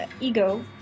ego